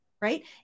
Right